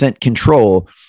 control